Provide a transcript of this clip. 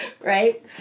Right